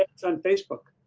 ads on facebook?